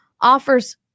offers